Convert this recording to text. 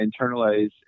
internalize